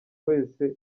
wese